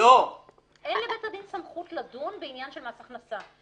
אין לבית הדין סמכות לדון בעניין של מס הכנסה.